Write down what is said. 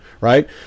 right